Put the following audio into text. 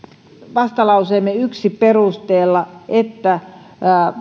vastalauseemme yhdellä perusteella että